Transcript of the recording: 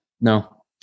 No